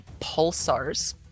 pulsars